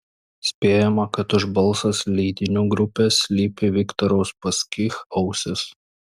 spėjama kad už balsas leidinių grupės slypi viktoro uspaskich ausys